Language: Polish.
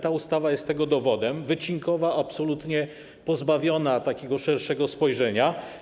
Ta ustawa jest tego dowodem: wycinkowa, absolutnie pozbawiona takiego szerszego spojrzenia.